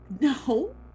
No